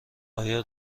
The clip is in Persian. آیا